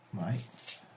Right